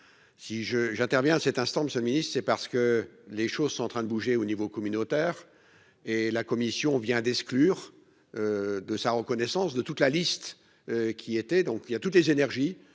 je j'interviens cet instant Monsieur le Ministre, c'est parce que les choses sont en train de bouger au niveau communautaire et la Commission vient d'exclure. De sa reconnaissance de toute la liste qui était donc il y a toutes les énergies,